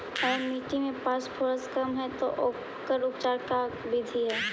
अगर मट्टी में फास्फोरस कम है त ओकर उपचार के का बिधि है?